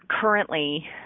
currently